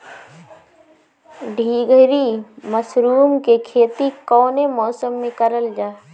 ढीघरी मशरूम के खेती कवने मौसम में करल जा?